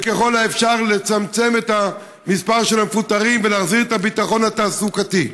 וככל האפשר לצמצם את המספר של המפוטרים ולהחזיר את הביטחון התעסוקתי.